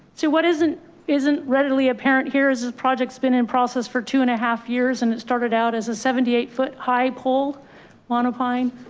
so what isn't isn't readily apparent here is a project has been in process for two and a half years, and it started out as a seventy eight foot high pole monopine